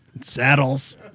Saddles